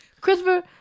Christopher